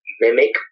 mimic